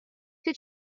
توی